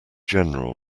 general